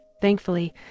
Thankfully